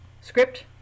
script